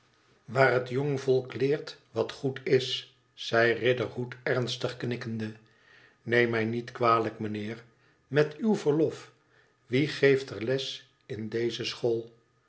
waar het jongvolk leert wat goed is zei riderhood ernstig knikkende neem mij niet kwalijk meneer met uw verlof wie geeft er les in deze school